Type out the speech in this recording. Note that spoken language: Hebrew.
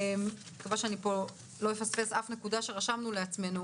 אני מקווה שאני פה לא אפספס פה שום נקודה שרשמנו לעצמינו,